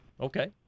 Okay